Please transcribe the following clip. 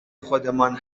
خودمان